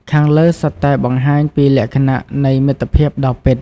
ខាងលើសុទ្ធតែបង្ហាញពីលក្ខណៈនៃមិត្តភាពដ៏ពិត។